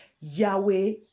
Yahweh